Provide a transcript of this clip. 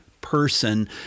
person